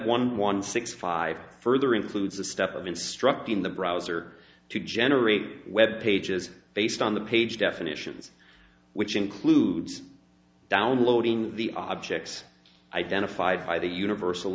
one six five further includes a step of instructing the browser to generate web pages based on the page definitions which includes downloading the objects identified by the universal